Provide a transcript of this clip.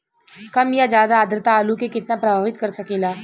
कम या ज्यादा आद्रता आलू के कितना प्रभावित कर सकेला?